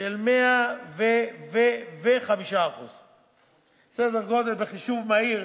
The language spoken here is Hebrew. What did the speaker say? של 105%. סדר-גודל בחישוב מהיר.